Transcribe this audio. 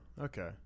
Okay